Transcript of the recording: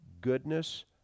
goodness